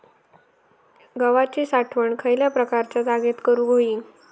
गव्हाची साठवण खयल्या प्रकारच्या जागेत करू होई?